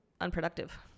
unproductive